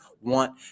want